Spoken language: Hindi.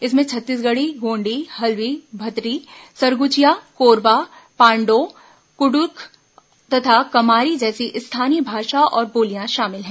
इनमें छत्तीसगढ़ी गोंडी हल्बी भतरी सरगुजिया कोरवा पाण्डो कुड्रुख तथा कमारी जैसी स्थानीय भाषा और बोलियां शामिल हैं